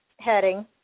heading